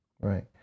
Right